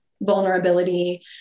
vulnerability